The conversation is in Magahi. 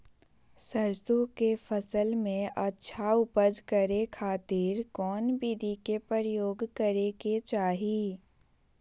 सरसों के फसल में अच्छा उपज करे खातिर कौन विधि के प्रयोग करे के चाही?